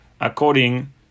according